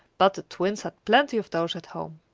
but the twins had plenty of those at home.